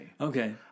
Okay